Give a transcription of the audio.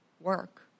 work